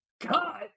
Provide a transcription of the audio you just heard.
god